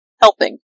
helping